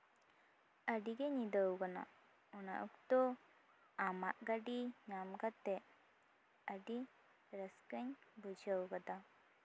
ᱟᱹᱰᱤᱜᱮ ᱧᱤᱫᱟᱹᱣᱠᱟᱱᱟ ᱚᱱᱟ ᱚᱠᱛᱚ ᱟᱢᱟᱜ ᱜᱟᱹᱰᱤ ᱧᱟᱢ ᱠᱟᱛᱮᱜ ᱟᱹᱰᱤ ᱨᱟᱹᱥᱠᱟᱹᱧ ᱵᱩᱡᱷᱟᱹᱣ ᱠᱟᱫᱟ